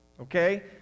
Okay